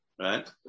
right